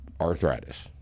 arthritis